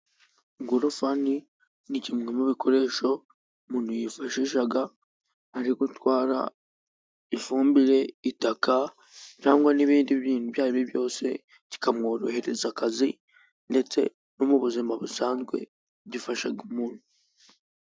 Ingorofani ni kimwe mu ibikoresho umuntu yifashisha ari gutwara ifumbire, itaka, cyangwa n'ibindi bintu ibyo ari byo byose kikamworohereza akazi, ndetse no mu buzima busanzwe gifasha umuntu.